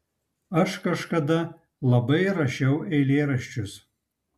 aš kažkada labai rašiau eilėraščius